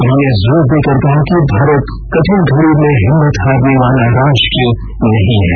उन्होंने जोर देकर कहा कि भारत कठिन घड़ी में हिम्मत हारने वाला राष्ट्र नहीं है